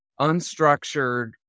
unstructured